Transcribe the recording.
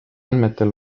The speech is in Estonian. andmetel